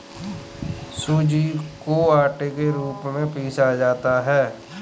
सूजी को आटे के रूप में पीसा जाता है